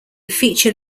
feature